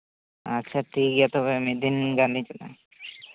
ᱟᱪᱪᱷᱟ ᱴᱷᱤᱠ ᱜᱮᱭᱟ ᱛᱚᱵᱮ ᱢᱤᱫ ᱫᱤᱱ ᱜᱟᱱ ᱞᱤᱧ ᱪᱟᱞᱟᱜᱼᱟ